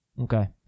Okay